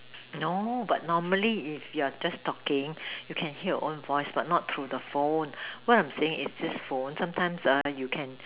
no but normally is yeah just talking you can hear on the voice but not choose the phone what I am saying is this phone sometimes that you can